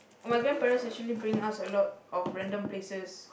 my grandparents actually bring us a lot of random places